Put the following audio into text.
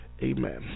amen